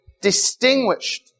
distinguished